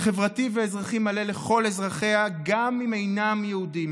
חברתי ואזרחי מלא לכל אזרחיה, גם אם אינם יהודים.